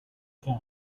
can